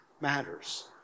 matters